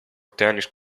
tennis